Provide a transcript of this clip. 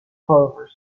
clovers